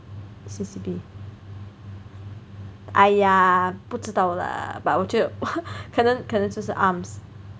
C_C_B !aiya! 不知道 lah but 我觉得可能就是 arms